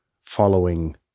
following